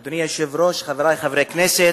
אדוני היושב-ראש, חברי חברי הכנסת,